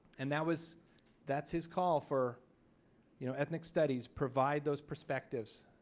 and that was that's his call for you know ethnic studies provide those perspectives.